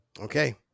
Okay